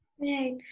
Right